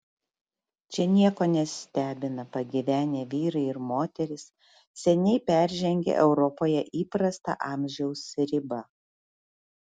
čia nieko nestebina pagyvenę vyrai ir moterys seniai peržengę europoje įprastą amžiaus ribą